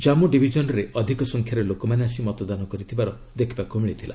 ଜାମ୍ପୁ ଡିଭିଜନ୍ରେ ଅଧିକ ସଂଖ୍ୟାରେ ଲୋକମାନେ ଆସି ମତଦାନ କରିଥିବାର ଦେଖିବାକୁ ମିଳିଥିଲା